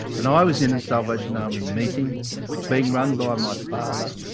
when i was in a salvation army meeting being run by my father,